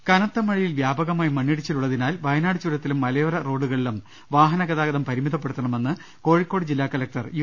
രുവെട്ടിട്ടു കനത്ത മഴയിൽ വ്യാപകമായി മണ്ണിടിച്ചിൽ ഉള്ളതിനാൽ വയനാട് ചുര ത്തിലും മലയോര റോഡുകളിലും വാഹന ഗതാഗതം പരിമിതപ്പെടുത്തണ മെന്ന് കോഴിക്കോട്ട് ജില്ലാ കലക്ടർ യു